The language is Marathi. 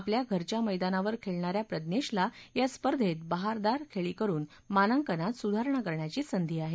आपल्या घरच्या मैदानावर खेळणा या प्रज्नेशला या स्पर्धेत बहारदार खेळी करुन मानांकनात सुधारणा करण्याची संधी आहे